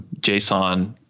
json